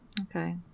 Okay